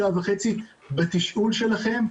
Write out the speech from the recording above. שעה וחצי בתשאול שלכם,